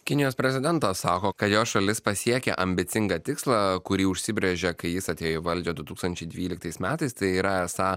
kinijos prezidentas sako kai jo šalis pasiekė ambicingą tikslą kurį užsibrėžė kai jis atėjo į valdžią du tūkstančiai dvyliktais metais tai yra esą